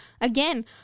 again